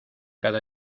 cada